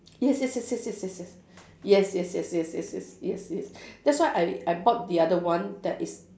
yes yes yes yes yes yes yes yes yes yes yes yes yes yes yes yes that's why I I bought the other one that is